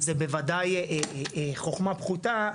זה בוודאי חכמה פחותה,